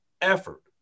effort